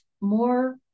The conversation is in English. more